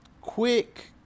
Quick